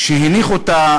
שהניח אותה